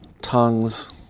tongues